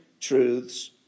truths